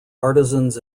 artisans